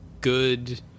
good